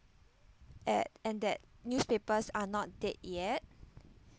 at and that newspapers are not dead yet